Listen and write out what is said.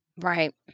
right